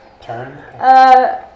Turn